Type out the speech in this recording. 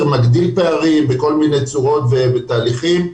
מגדיל פערים בכל מיני צורות ותהליכים,